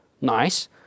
nice